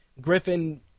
Griffin